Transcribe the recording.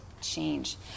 change